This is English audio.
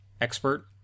expert